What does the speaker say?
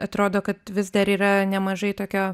atrodo kad vis dar yra nemažai tokio